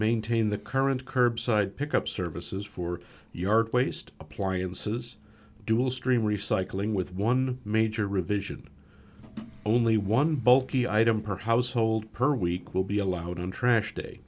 maintain the current curbside pick up services for yard waste appliances dual stream recycling with one major revision only one bulky item per household per week will be allowed on trash day